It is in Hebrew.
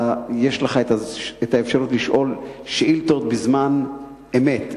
הוא שיש לך האפשרות לשאול שאילתות בזמן אמת.